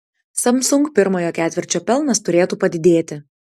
samsung pirmojo ketvirčio pelnas turėtų padidėti